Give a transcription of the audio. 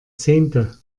zehnte